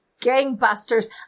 gangbusters